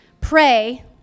pray